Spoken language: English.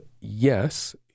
yes